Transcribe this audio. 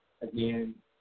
again